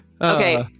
Okay